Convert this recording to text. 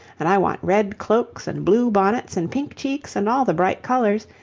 and i want red cloaks and blue bonnets and pink cheeks and all the bright colours,